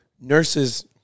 nurses